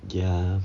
ya